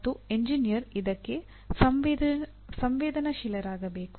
ಮತ್ತು ಎಂಜಿನಿಯರ್ ಇದಕ್ಕೆ ಸಂವೇದನಾಶೀಲರಾಗಬೇಕು